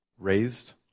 raised